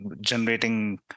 generating